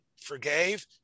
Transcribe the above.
forgave